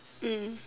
mm